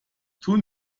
tun